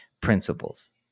principles